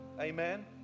Amen